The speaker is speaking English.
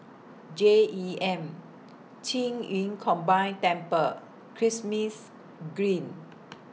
J E M Qing Yun Combined Temple Kismis Green